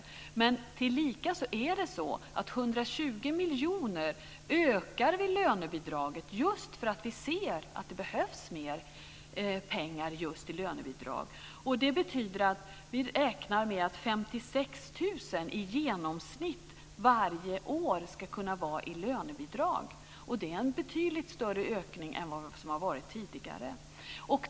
Ändå är det så att vi ökar lönebidraget med 120 miljoner, just därför att vi ser att det behövs mer pengar till lönebidragen. Det betyder att vi räknar med att 56 000 personer i genomsnitt varje år ska kunna ha lönebidrag. Det är en betydligt större ökning jämfört med hur det varit tidigare.